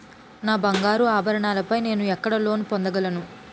నా బంగారు ఆభరణాలపై నేను ఎక్కడ లోన్ పొందగలను?